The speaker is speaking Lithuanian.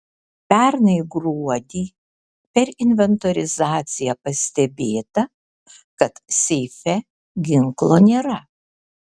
pernai gruodį per inventorizaciją pastebėta kad seife ginklo nėra